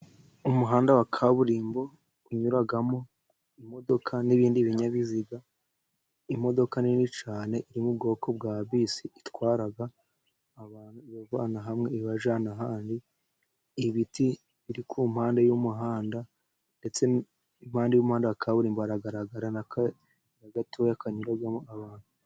Umuhanda wa kaburimbo unyuramo imodoka n'ibindi binyabiziga. Imodoka nini cyane iri mu bwoko bwa bisi itwara abantu, ibavana hamwe ibajyana ahandi. Ibiti biri ku mpande y'umuhanda, ndetse impande y'umahanda wa kaburimbo hagaragara n'akayira gatoya kanyuramo abantu.